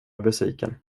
besviken